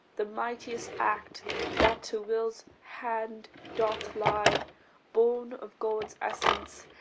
the mightiest act that to will's hand doth lie born of god's essence,